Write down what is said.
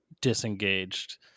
disengaged